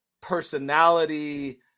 personality